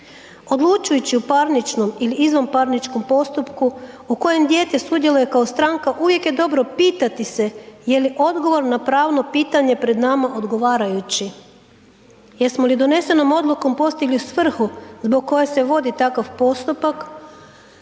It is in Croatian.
Odlučujući u parničnom ili izvanparničnom postupku u kojem dijete sudjeluje kao stranka uvijek je dobro pitati se jeli odgovor na pravno pitanje pred nama odgovarajuće, jesmo li donesenom odlukom postigli svrhu zbog koje se vodi takav postupak